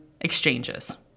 exchanges